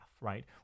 right